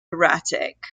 erratic